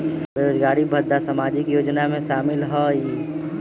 बेरोजगारी भत्ता सामाजिक योजना में शामिल ह ई?